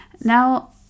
Now